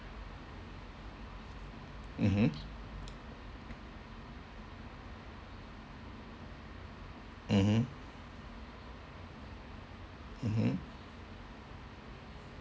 mmhmm mmhmm mmhmm